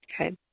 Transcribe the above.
Okay